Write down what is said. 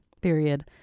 period